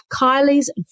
Kylie's